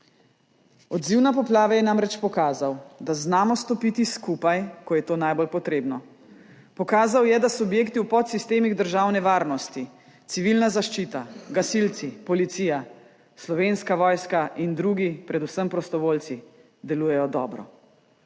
Odziv na poplave je namreč pokazal, da znamo stopiti skupaj, ko je to najbolj potrebno. Pokazal je, da subjekti v podsistemih državne varnosti, Civilna zaščita, gasilci, policija, Slovenska vojska in drugi, predvsem prostovoljci, delujejo dobro.